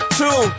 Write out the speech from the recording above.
two